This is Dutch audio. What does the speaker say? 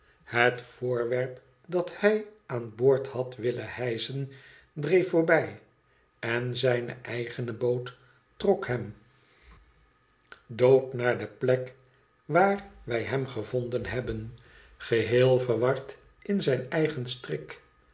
het voorwerp dat hij aan boord had willen hijschen dreef voorbij en zijne eigene boot trok hem dood naar de plek waar wij hem gevonden hebben geheel verward in zijn eigen strik